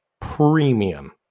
premium